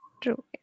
true